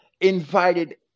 invited